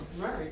Right